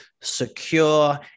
secure